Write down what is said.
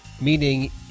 Meaning